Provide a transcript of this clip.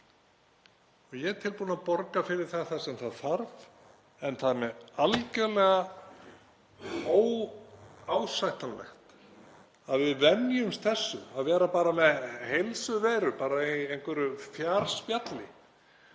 og ég er tilbúinn að borga fyrir það sem þarf. En það er algerlega óásættanlegt að við venjumst þessu, að vera bara með Heilsuveru í einhverju fjarspjalli